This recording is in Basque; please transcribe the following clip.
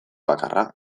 bakarra